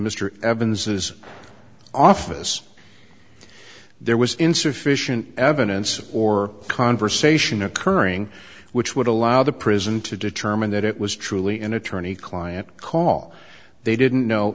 evans's office there was insufficient evidence or conversation occurring which would allow the prison to determine that it was truly an attorney client call they didn't know